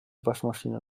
waschmaschine